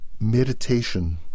meditation